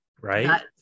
right